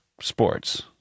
sports